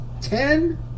ten